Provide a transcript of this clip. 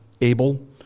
Abel